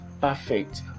perfect